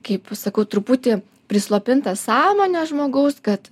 kaip sakau truputį prislopinta sąmonė žmogaus kad